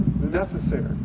necessary